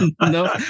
no